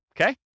okay